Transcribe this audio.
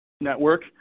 network